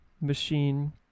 machine